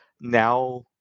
Now